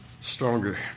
stronger